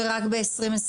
ורק ב-2021?